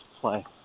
play